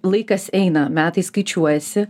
laikas eina metai skaičiuojasi